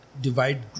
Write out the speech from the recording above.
Divide